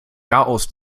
garaus